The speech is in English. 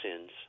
sins